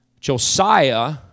Josiah